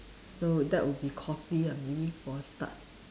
so that would be costly ah maybe for a start